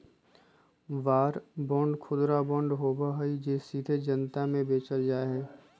war bond खुदरा bond होबा हई जो सीधे जनता के बेचल जा हई